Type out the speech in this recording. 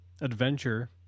adventure